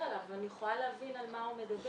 עליו אבל אני יכולה להבין על מה הוא מדבר.